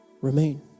Remain